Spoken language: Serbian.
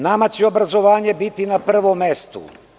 Nama će obrazovanje biti na prvom mestu.